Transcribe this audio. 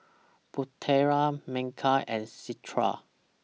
Putera Megat and Citra